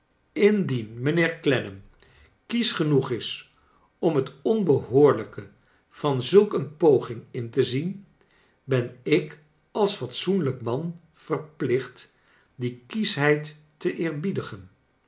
indien mijnheer clennam kiesch genoeg is om het onbehoorlijke van zulk een poging in te zien ben ik als fatsoenlijk man verplicht die kieschheid te eerbiedige